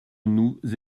nous